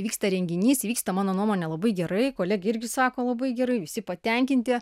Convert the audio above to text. vyksta renginys vyksta mano nuomone labai gerai kolegė irgi sako labai gerai visi patenkinti